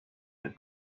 the